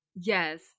Yes